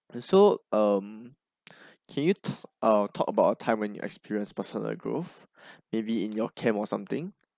so mm can you talk about a time when you experience personal growth maybe in your camp or something